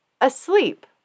asleep